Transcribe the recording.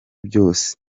byose